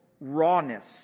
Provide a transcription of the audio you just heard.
rawness